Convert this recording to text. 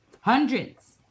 hundreds